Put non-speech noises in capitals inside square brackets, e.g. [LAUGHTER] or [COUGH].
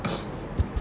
[NOISE]